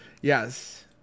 Yes